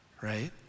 right